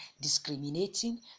discriminating